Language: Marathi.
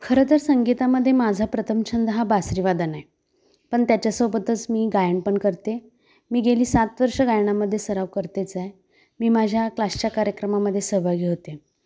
खरं तर संगीतामध्ये माझा प्रथम छंद हा बासरीवादन आहे पण त्याच्यासोबतच मी गायन पण करते मी गेली सात वर्ष गायनामध्ये सराव करतेच आहे मी माझ्या क्लासच्या कार्यक्रमामध्ये सहभागी होते